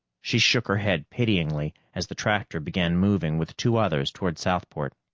she shook her head pityingly as the tractor began moving with two others toward southport.